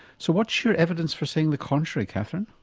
so what's your evidence for saying the contrary catherine?